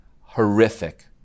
horrific